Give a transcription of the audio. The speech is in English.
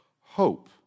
hope